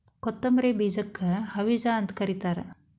ಕೊತ್ತಂಬ್ರಿ ಬೇಜಕ್ಕ ಹವಿಜಾ ಅಂತ ಕರಿತಾರ